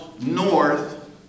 north